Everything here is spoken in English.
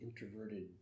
introverted